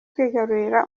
kwigarurira